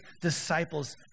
disciples